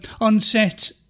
on-set